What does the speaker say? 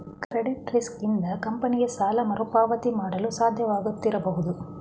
credit risk ಇಂದ ಕಂಪನಿಗೆ ಸಾಲ ಮರುಪಾವತಿ ಮಾಡಲು ಸಾಧ್ಯವಾಗದಿರಬಹುದು